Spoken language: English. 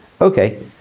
Okay